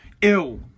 ill